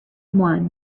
one